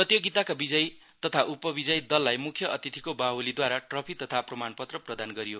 प्रतियोगिताका बिजयी तथा उपविजयी दललाई मुख्य अतिथिको बाहुलीद्वारा ट्रफी तथा प्रमाणपत्र प्रदान गरीयो